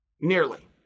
Nearly